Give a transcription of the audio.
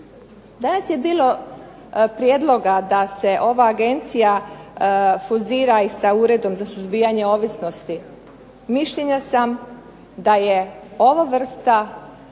Danas je bilo prijedloga da se ova Agencija fuzira i sa Uredom za suzbijanje ovisnosti, mišljenja sam da je ova vrsta